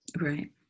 Right